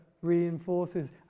reinforces